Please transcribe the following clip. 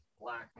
Black